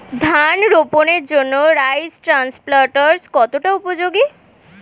ধান রোপণের জন্য রাইস ট্রান্সপ্লান্টারস্ কতটা উপযোগী?